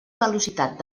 velocitat